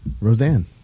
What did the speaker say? Roseanne